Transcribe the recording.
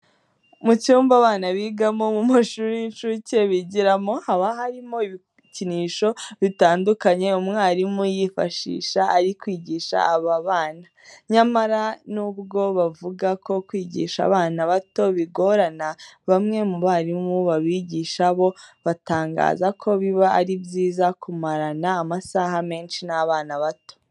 Mu cyumba abana biga mu mashuri y'incuke bigiramo haba harimo ibikinisho bitandukanye umwarimu yifashisha ari kwigisha aba bana. Nyamara nubwo bavuga ko kwigisha abana bato bigorana, bamwe mu barimu babigisha bo batangaza ko biba ari byiza kumarana amasaha menshi n'abana bato.